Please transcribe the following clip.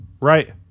Right